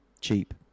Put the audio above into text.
cheap